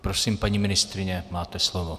Prosím, paní ministryně, máte slovo.